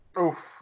Oof